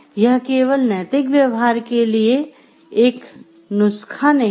यह केवल नैतिक व्यवहार के लिए एक नुस्खा नहीं है